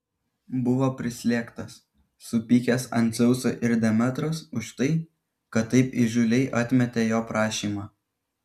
buvo prislėgtas supykęs ant dzeuso ir demetros už tai kad taip įžūliai atmetė jo prašymą